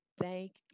Thank